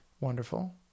wonderful